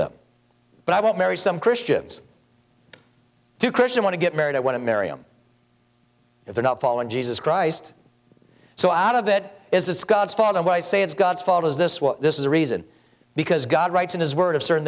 them but i won't marry some christians to christian want to get married i want to marry him if they're not following jesus christ so out of it is this god's fault and when i say it's god's fault is this what this is a reason because god writes in his word of certain